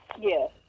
Yes